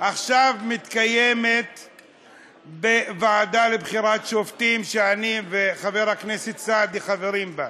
עכשיו מתקיימת בוועדה לבחירת שופטים שאני וחבר הכנסת סעדי חברים בה,